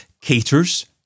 caters